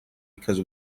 because